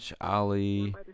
Ali